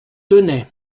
tenay